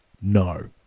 No